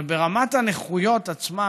אבל ברמת הנכויות עצמן,